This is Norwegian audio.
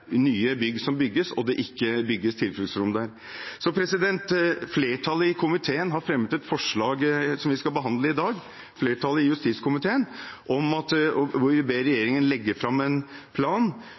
nye bygg som bygges, og det ikke bygges tilfluktsrom der. Flertallet i justiskomiteen har fremmet et forslag som vi skal behandle i dag, hvor vi ber